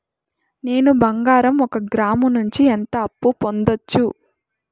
నేను బంగారం ఒక గ్రాము నుంచి ఎంత అప్పు పొందొచ్చు